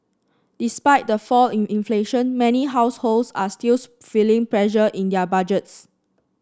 despite the fall in inflation many households are still feeling pressure in their budgets